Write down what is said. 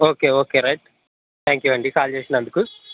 okay okay right thank you అండి కాల్ చేసినందుకు